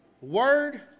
word